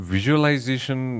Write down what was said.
Visualization